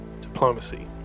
diplomacy